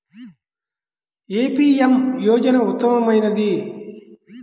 ఏ PM యోజన ఉత్తమమైనది?